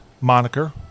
moniker